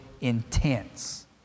intense